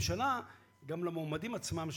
מקבלים לעתים מכתבים נגד אותם מועמדים,